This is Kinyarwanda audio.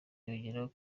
yongeyeho